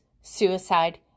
suicide